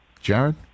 Jared